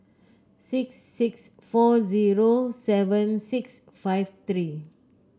six six four zero seven six five three